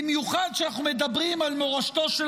במיוחד כשאנחנו מדברים על מורשתו של